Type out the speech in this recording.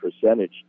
percentage